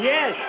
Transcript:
Yes